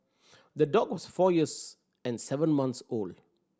the dog was four years and seven months old